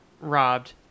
robbed